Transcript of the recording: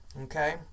Okay